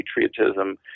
patriotism